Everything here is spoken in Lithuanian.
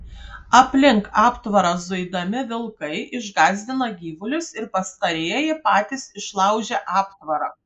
aplink aptvarą zuidami vilkai išgąsdina gyvulius ir pastarieji patys išlaužia aptvarą